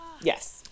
Yes